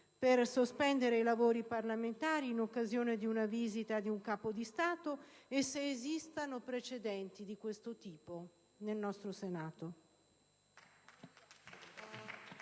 per sospendere i lavori parlamentari in occasione della visita di un Capo di Stato e se esistano precedenti di questo tipo al Senato.